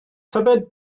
tybed